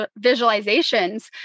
visualizations